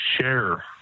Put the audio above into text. share